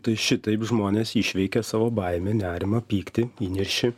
tai šitaip žmonės išveikia savo baimę nerimą pyktį įniršį